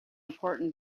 important